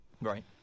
Right